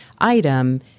item